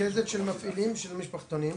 רכזת של מפעילים של משפחותים,